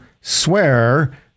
swear